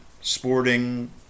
sporting